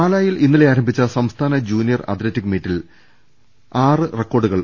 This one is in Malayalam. പാലായിൽ ഇന്നലെ ആരംഭിച്ച സംസ്ഥാന ജൂനിയർ അത്ല റ്റിക് മീറ്റിൽ ആദ്യ ദിവസം ആറ് റെക്കോർഡുകൾ